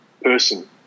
person